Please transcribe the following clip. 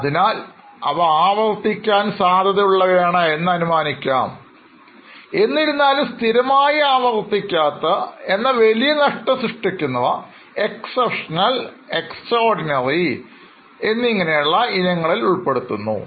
അതിനാൽ അവ ആവർത്തിക്കാൻ സാധ്യതയുള്ളവയാണ് എന്ന് അനുമാനിക്കാം എന്നിരുന്നാലും സ്ഥിരമായി ആവർത്തിക്കാത്ത എന്നാൽ വലിയ നഷ്ടം സൃഷ്ടിക്കുന്നവ exceptional extraordinary ഇനത്തിൽ പെടുന്നവയാണ്